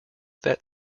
that